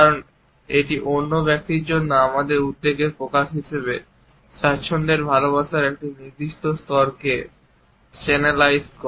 কারণ এটি অন্য ব্যক্তির জন্য আমাদের উদ্বেগের প্রকাশ হিসাবে স্বাচ্ছন্দ্যের ভালবাসার একটি নির্দিষ্ট স্তরকে চ্যানেলাইজ করে